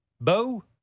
Bo